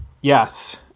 Yes